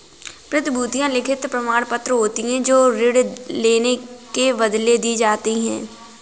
प्रतिभूतियां लिखित प्रमाणपत्र होती हैं जो ऋण लेने के बदले दी जाती है